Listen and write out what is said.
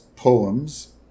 Poems